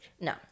No